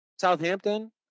Southampton